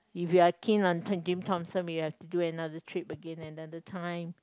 if you're keen on taking Thompson you have to do another trip again another time